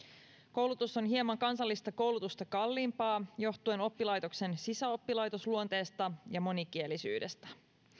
koulutus on hieman kansallista koulutusta kalliimpaa johtuen oppilaitoksen sisäoppilaitosluonteesta ja monikielisyydestä